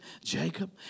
Jacob